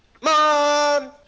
mom